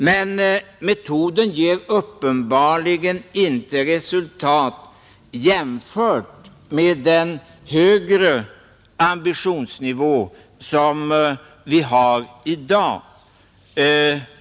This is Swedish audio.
Men metoden ger uppenbarligen inte resultat jämfört med den högre ambitionsnivå vi har i dag.